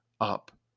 up